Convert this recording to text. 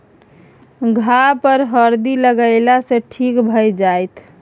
घाह पर हरदि लगेने सँ ठीक भए जाइत